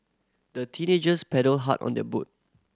the teenagers paddled hard on their boat